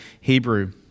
Hebrew